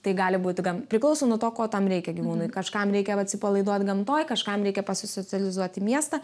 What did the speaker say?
tai gali būti gan priklauso nuo to ko tam reikia gyvūnui kažkam reikia atsipalaiduot gamtoj kažkam reikia pasisocializuot į miestą